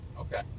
Okay